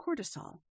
cortisol